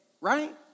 Right